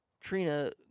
Trina